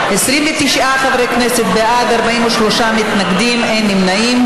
29 חברי כנסת בעד, 43 מתנגדים, אין נמנעים.